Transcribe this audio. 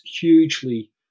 hugely